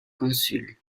consuls